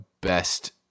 best